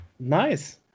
Nice